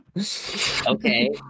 Okay